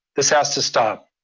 this has to stop.